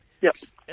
Yes